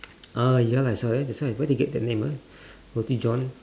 ah ya lah that's why that's why where they get the name ah roti john